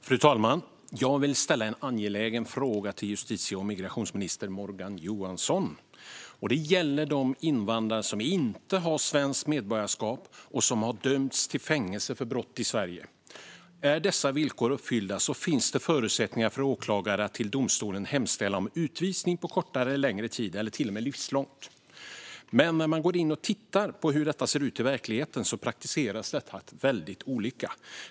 Fru talman! Jag vill ställa en angelägen fråga till justitie och migrationsminister Morgan Johansson. Frågan gäller de invandrare som inte har svenskt medborgarskap och som har dömts till fängelse för brott i Sverige. Är dessa villkor uppfyllda finns det förutsättningar för åklagare att till domstolen hemställa om utvisning på kortare eller längre tid eller till och med om livslång utvisning. Men när man går in och tittar på hur detta ser ut i verkligheten ser man att det praktiseras väldigt olika.